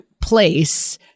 place